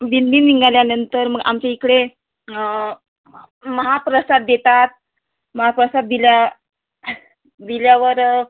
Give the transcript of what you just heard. दिंडी निघाल्यानंतर मग आमच्या इकडे महाप्रसाद देतात महाप्रसाद दिल्या दिल्यावर